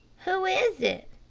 who is it?